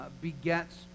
begets